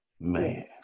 man